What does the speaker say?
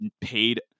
paid